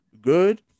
good